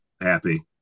happy